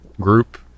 group